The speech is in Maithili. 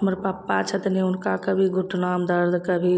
हम्मर पप्पा छथिन हुनका कभी घुटनामे दर्द कभी